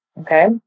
okay